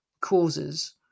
causes